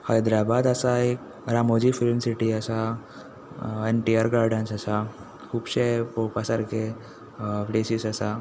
हायद्रबाद आसा एक Ramoji film city आसा एन पी आर गार्डन्स आसा खुबशे पळोवपा सारके प्लेसीस आसा